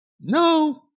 no